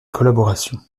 collaboration